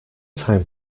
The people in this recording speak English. time